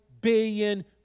billion